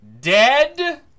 dead